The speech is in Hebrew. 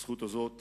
הזכות הזאת